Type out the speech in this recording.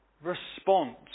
response